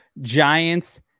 giants